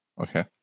Okay